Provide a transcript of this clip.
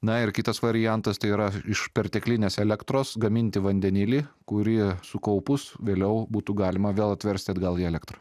na ir kitas variantas tai yra iš perteklinės elektros gaminti vandenilį kurį sukaupus vėliau būtų galima vėl atverst atgal į elektrą